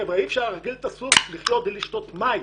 חבר'ה אי-אפשר להרגיל את הסוס לחיות בלי לשתות מים.